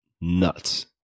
nuts